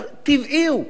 טבעי הוא,